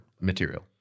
material